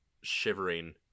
shivering